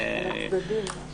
עצמו אוטומטית זו תוצאה שהיא קשה,